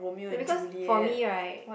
no because for me right